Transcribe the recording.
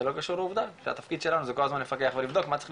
זה לא קשור לעובדה שהתפקיד שלנו זה כל הזמן לפקח ולבדוק מה ואיך להשתפר,